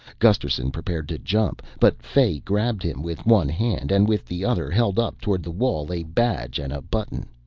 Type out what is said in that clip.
gusterson prepared to jump, but fay grabbed him with one hand and with the other held up toward the wall a badge and a button.